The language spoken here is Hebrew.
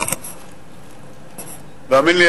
תאמין לי,